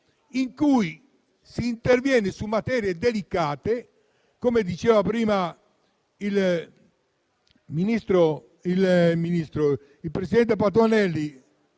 in cui si interviene su materie delicate, come diceva prima il presidente Patuanelli.